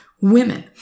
women